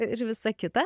ir visa kita